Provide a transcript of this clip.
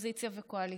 אופוזיציה וקואליציה,